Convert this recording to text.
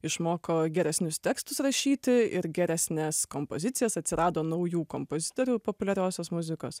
išmoko geresnius tekstus rašyti ir geresnes kompozicijas atsirado naujų kompozitorių populiariosios muzikos